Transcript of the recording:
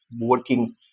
working